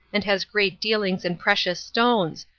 and has great dealings in precious stones,